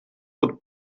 bod